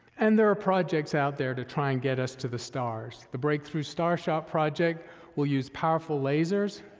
and there are projects out there to try and get us to the stars. the breakthrough starshot project will use powerful lasers.